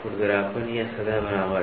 खुरदरापन या सतह बनावट